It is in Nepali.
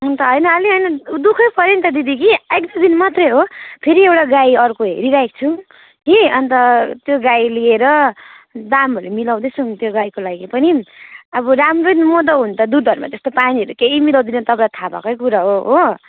हुन हैन अलि हैन दुःखै पर्यो नि त दिदी कि एक दुईदिन मात्रै हो फेरि एउटा गाई अर्को हेरिराखेको छौँ कि अनि त त्यो गाई लिएर दामहरू मिलाउँदैछौँ त्यो गाईको लागि पनि अब राम्रै म त हुन त दुधहरूमा पानीहरू त्यस्तो केही मिलाउँदिनँ तपाईँलाई थाहा भएकै कुरा हो हो